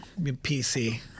pc